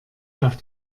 auf